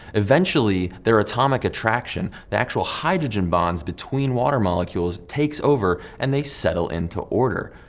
eventually their atomic attraction, the actual hydrogen bonds between water molecules, takes over, and they settle into order.